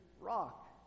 Rock